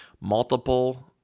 multiple